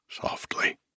Softly